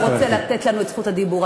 שהוא רוצה לתת לנו את זכות הדיבור,